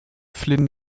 flynn